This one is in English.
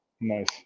Nice